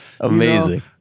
Amazing